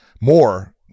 more